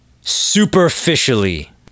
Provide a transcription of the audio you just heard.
superficially